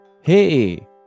hey